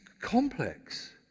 complex